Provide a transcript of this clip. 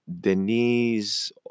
Denise